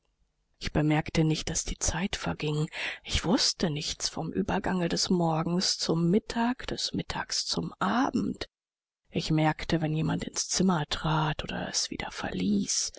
ich bemerkte nicht daß die zeit verging ich wußte nichts vom übergange des morgens zum mittag des mittags zum abend ich bemerkte wenn jemand ins zimmer trat oder es wieder verließ